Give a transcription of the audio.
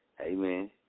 Amen